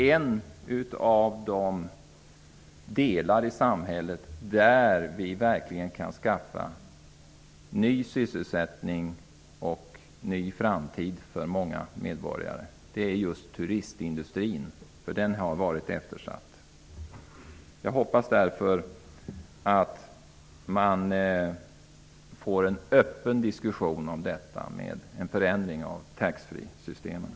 En av de delar i samhället där vi verkligen kan skapa ny sysselsättning och ny framtid för många medborgare är just turistindustrin, för den har varit eftersatt. Jag hoppas därför på en öppen diskussion om en förändring av taxfreesystemet.